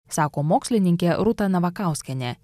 sako mokslininkė rūta navakauskienė